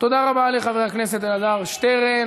תודה רבה לחבר הכנסת אלעזר שטרן.